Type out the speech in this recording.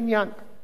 את יודעת שהיום